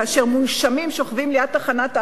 כאשר מונשמים שוכבים ליד תחנת האחות,